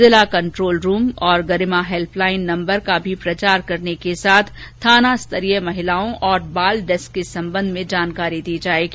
जिला control room और Garima help line number का भी प्रचार करने के साथ थाना स्तरीय महिलाओं और बाल डेस्क के संबंध में जानकारी दी जाएगी